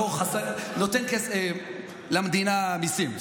נותן למדינה מיסים,